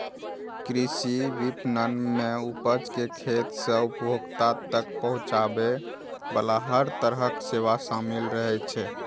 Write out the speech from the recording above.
कृषि विपणन मे उपज कें खेत सं उपभोक्ता तक पहुंचाबे बला हर तरहक सेवा शामिल रहै छै